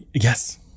Yes